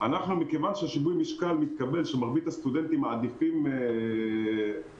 מכיוון ששיווי המשקל מתקבל שמרבית הסטודנטים מעדיפים חלופות